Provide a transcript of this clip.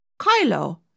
Kylo